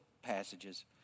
Passages